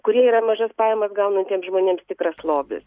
kurie yra mažas pajamas gaunantiems žmonėms tikras lobis